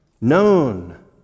known